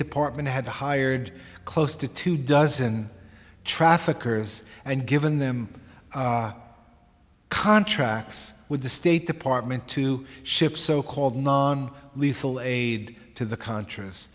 department had hired close to two dozen traffickers and given them contracts with the state department to ship so called non lethal aid to the contr